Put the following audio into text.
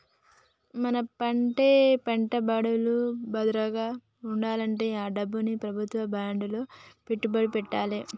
మన పెట్టే పెట్టుబడులు భద్రంగా వుండాలంటే ఆ డబ్బుని ప్రభుత్వం బాండ్లలో పెట్టుబడి పెట్టాలే